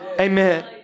Amen